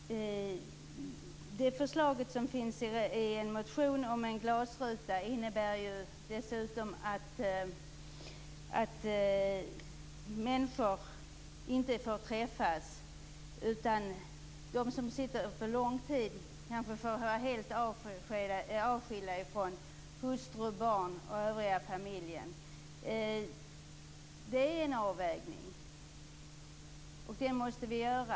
Det förslag om en glasruta som finns i en motion innebär ju dessutom att människor inte får träffas. De som sitter på lång tid kanske blir helt avskiljda från hustru, barn och övriga i familjen. Det är en avvägning, och den måste vi göra.